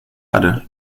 erde